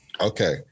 Okay